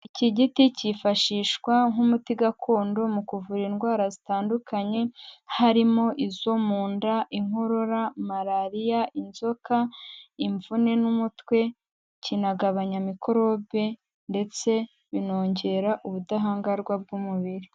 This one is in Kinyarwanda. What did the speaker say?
Iki giti cyifashishwa nk'umuti gakondo mu kuvura indwara zitandukanye, harimo izo mu nda inkorora, Malariya, inzoka, imvune n'umutwe kinagabanya mikorobe ndetse binongera ubudahangarwa bw'umubiri.